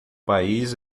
país